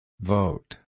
Vote